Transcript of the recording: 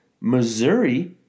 Missouri